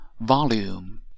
Volume